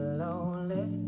lonely